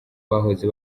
bahoze